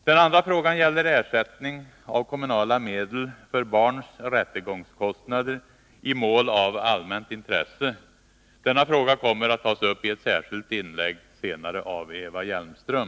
Den andra frågan gäller ersättning av kommunala medel för barns rättegångskostnader i mål av allmänt intresse. Denna fråga kommer att tas upp i ett särskilt inlägg senare av Eva Hjelmström.